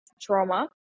trauma